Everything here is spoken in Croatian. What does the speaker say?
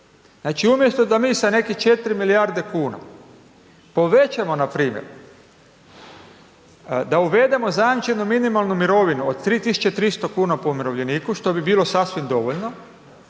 Znači umjesto da mi sa neke 4 milijarde kuna povećamo npr. da uvedemo zajamčenu minimalnu mirovinu od 3.300 kuna po umirovljeniku što bi bilo sasvim dovoljno,